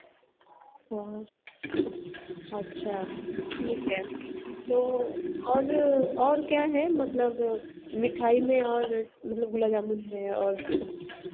अच्छा ठीक है तो और और क्या है मतलब मिठाई में और गुलाब जामुन है और